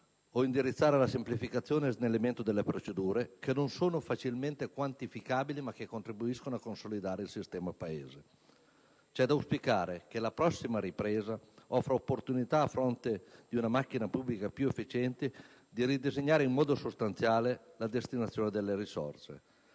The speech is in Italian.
o indirizzare alla semplificazione e snellimento delle procedure, che non sono facilmente quantificabili, ma che contribuiscono a consolidare il sistema Paese. C'è da auspicare che la prossima ripresa offra l'opportunità, a fronte di una macchina pubblica più efficiente, di ridisegnare in modo sostanziale la destinazione delle risorse.